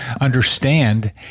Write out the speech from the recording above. understand